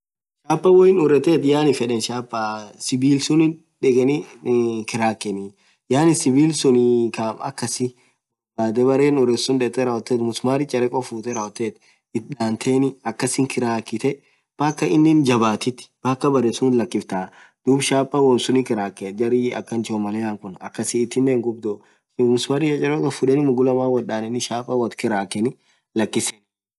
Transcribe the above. Chapaa woo inin urethethu. yaani fedhen chapaa sibil sunnin dhekeni kirakheni yaani sibil sunni kaam akhasi borr badhee beren ureth sunn dhethee rawothethu msumarii charekho futhee rawothethu itadhateni akhasi kirakiteee paka innin jabathith paka beree sunnth lakiftah dhub shaapan wonn sunin kirakhe jarrrii akhan chomolean khun akasithinen hinghubdhu dhub msumari chacharekho fudheni moghu lamman woth dhaneni shaapaa woth kirakheni lakiseni